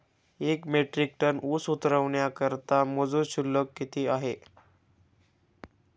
एक metric ton ऊस उतरवण्याकरता मजूर शुल्क किती आहे?